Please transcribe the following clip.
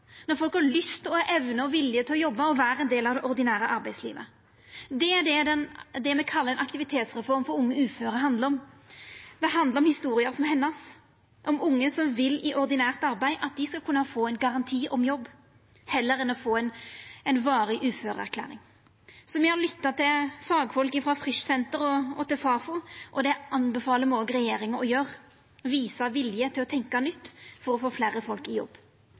når folk har lyst, evne og vilje til å jobba og vera ein del av det ordinære arbeidslivet. Det er det som me kallar ei aktivitetsreform for unge uføre, det handlar om. Det handlar om historier som er hennar, om unge som vil i ordinært arbeid – at dei skal kunna få ein garanti om jobb heller enn å få ei varig uføreerklæring. Me har lytta til fagfolk frå Frischsenteret og Fafo, og det anbefaler me også regjeringa å gjera – visa vilje til å tenkja nytt for å få fleire folk i jobb.